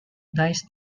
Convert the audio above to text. denies